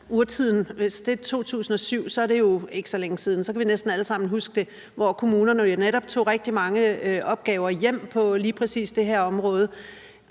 urtiden var i 2007, er det jo ikke så længe siden. Så kan vi næsten alle sammen huske det, altså der, hvor kommunerne jo netop tog rigtig mange opgaver hjem på lige præcis det her område,